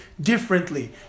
differently